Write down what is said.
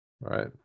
Right